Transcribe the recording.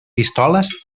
pistoles